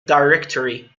directory